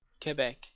Quebec